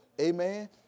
Amen